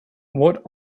what